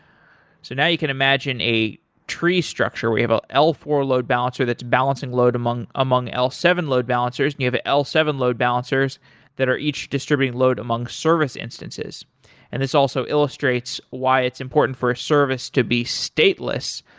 so now you can imagine a tree structure, we have a l four load balancer that's balancing load among among l seven load balancers and you have l seven load balancers that are each distributed load among service instances and this also illustrates why it's important for a service to be stateless,